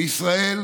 בישראל,